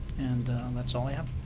and that's all i have.